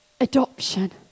adoption